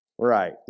Right